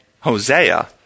Hosea